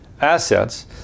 assets